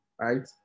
right